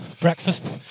breakfast